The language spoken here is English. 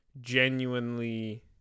genuinely